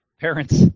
parents